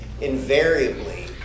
invariably